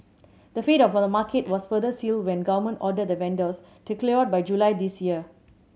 the fate of the market was further sealed when government ordered the vendors to clear out by July this year